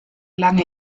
lange